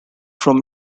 from